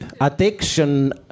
addiction